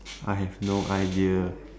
I have no idea